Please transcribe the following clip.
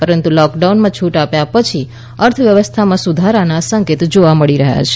પરંતુ લોકડાઉનમાં છૂટ આપ્યા પછી અર્થવ્યવસ્થામાં સુધારાના સંકેત મબ્યા છે